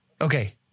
Okay